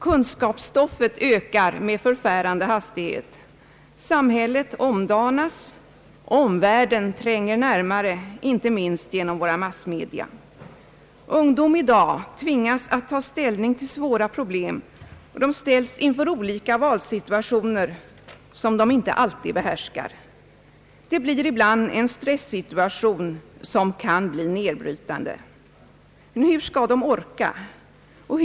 Kunskapsstoffet ökar med förfärande hastighet, samhället omdanas, och omvärlden tränger närmare, inte minst genom våra massmedia. Ungdom av i dag tvingas att ta ställning till svåra problem och ställs inför olika valsituationer som man inte alltid behärskar. Det uppstår ibland en stressituation som kan verka nedbrytande. Hur skall ungdomarna orka?